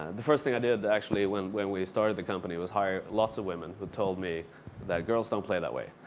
the first thing i did actually when when we started the company was hire lots of women's who told me that girls don't play that way.